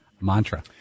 mantra